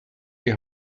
die